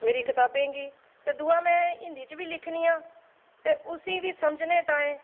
मेरी कताबें गी ते दूआ में हिंदी च बी लिखनी आं ते उसी गै समझनें ताईं